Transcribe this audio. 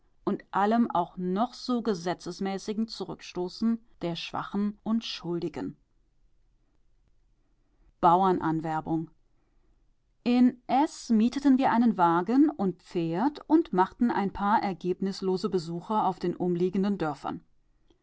und allem auch noch so gesetzmäßigen zurückstoßen der schwachen und schuldigen bauernanwerbung in s mieteten wir einen wagen und ein pferd und machten ein paar ergebnislose besuche auf den umliegenden dörfern